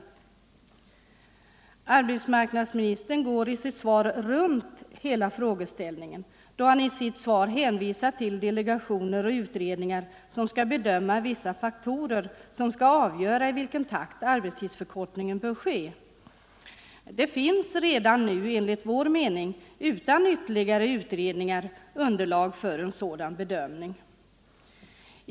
19 november 1974 Arbetsmarknadsministern går runt hela frågeställningen då han i sitt svar hänvisar till delegationer och utredningar som skall bedöma vissa Om allmän faktorer som skall avgöra i vilken takt arbetstidsförkortningen bör ske. arbetstidsförkort Det finns redan nu underlag för en sådan bedömning utan ytterligare ning, m.m. utredningar.